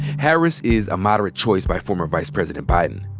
harris is a moderate choice by former vice president biden.